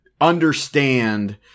understand